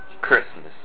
Christmas